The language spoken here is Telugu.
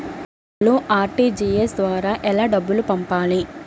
అసలు అర్.టీ.జీ.ఎస్ ద్వారా ఎలా డబ్బులు పంపాలి?